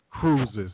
Cruises